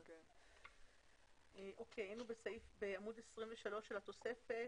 אנחנו בעמוד 23 בתוספת,